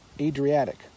Adriatic